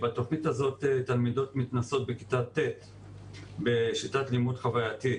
בתוכנית הזו תלמידות מתנסות בכיתה ט' בשיטת לימוד חווייתית,